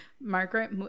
margaret